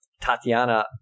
Tatiana